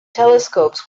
telescopes